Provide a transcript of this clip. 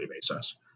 basis